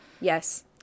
Yes